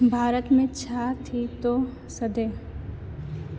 भारत में छा थी थो सघे